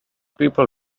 people